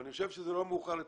אני חושב שזה לא מאוחר לתקן.